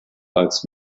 als